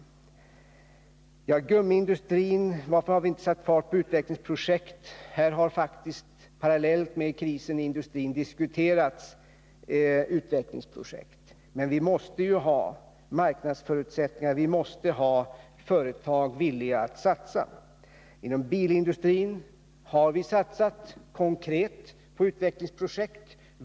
Thage Peterson frågar varför vi inte har satt fart på några utvecklingsprojekt inom gummiindustrin. Jag vill till detta säga att sådana har diskuterats parallellt med övriga frågor i anslutning till krisen inom industrin, men vi måste ju ha marknadsförutsättningar för utvecklingsprojekten, och vi måste ha företag som är villiga att satsa på dem. Inom bilindustrin har vi konkret satsat på utvecklingsprojekt.